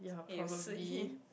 it will suit him